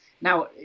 Now